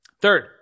Third